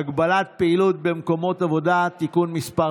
(הגבלת פעילות במקומות עבודה) (תיקון מס'